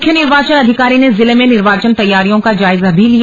मुख्य निर्वाचन अधिकारी ने जिले में निर्वाचन तैयारियों का जायजा भी लिया